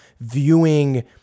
viewing